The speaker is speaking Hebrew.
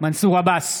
מנסור עבאס,